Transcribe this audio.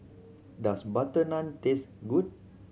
does butter naan taste good